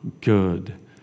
good